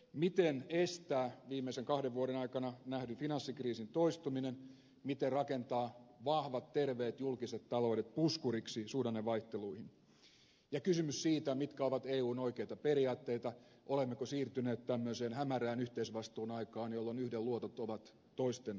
miten estää viimeisten kahden vuoden aikana nähdyn finanssikriisin toistuminen miten rakentaa vahvat terveet julkiset taloudet puskuriksi suhdannevaihteluihin ja mitkä ovat eun oikeita periaatteita olemmeko siirtyneet tämmöiseen hämärään yhteisvastuun aikaan jolloin yhden luotot ovat toisten murheita